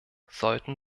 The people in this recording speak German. sollten